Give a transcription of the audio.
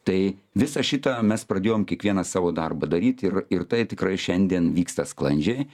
tai visą šitą mes pradėjom kiekvienas savo darbą daryt ir ir tai tikrai šiandien vyksta sklandžiai